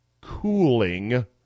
cooling